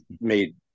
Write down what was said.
made